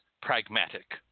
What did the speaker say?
pragmatic